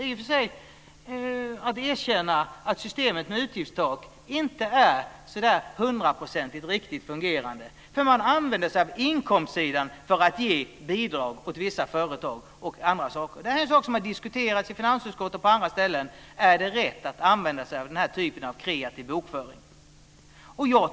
Det är i och för sig att erkänna att systemet med utgiftstak inte är så där hundraprocentigt riktigt fungerande. Man använder sig av inkomstsidan för att ge bidrag åt vissa företag. Det här är en sak som har diskuterats i finansutskottet och på andra ställen: Är det rätt att använda sig av den här typen av kreativ bokföring?